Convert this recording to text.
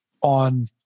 on